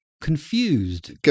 confused